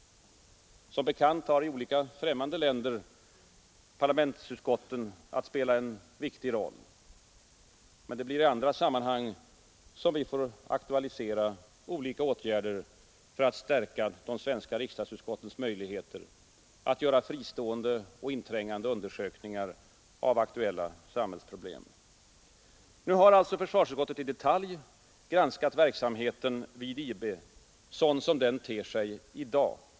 Som bekant har i olika främmande länders parlament utskotten en viktig roll att spela. Men det blir i andra sammanhang som vi får aktualisera olika åtgärder för att stärka de svenska riksdagsutskottens möjligheter att göra fristående och inträngande undersökningar av aktuella sam hällsproblem. Nu har alltså försvarsutskottet i detalj granskat verksamheten vid IB sådan den ter sig i dag.